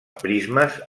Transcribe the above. prismes